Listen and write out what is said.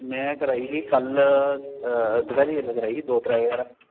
में कराई ही कल दपैह्री बैल्ले कराई दो त्रै बजे हारे